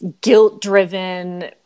guilt-driven